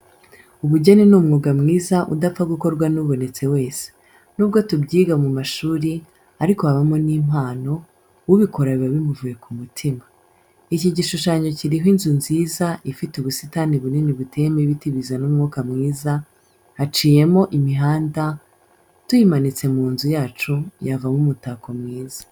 Ubugeni ni umwuga mwiza udapfa gukorwa n'ubonetse wese, nubwo tubyiga mu mashuri ariko habamo n'impano , ubikora biba bimuvuye ku mutima. Iki gishushanyo kiriho inzu nziza ifite ubusitani bunini buteyemo ibiti bizana umwuka mwiza haciye mo imihanda , tuyimanitse mu nzu yacu yavamo umutako mwiza